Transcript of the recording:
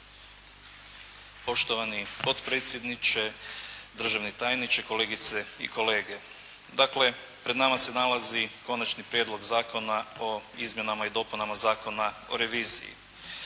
Poštovani potpredsjedniče, državni tajniče, kolegice i kolege. Dakle, pred nama se nalazi Konačni prijedlog zakona o izmjenama i dopunama Zakona o reviziji.